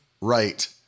right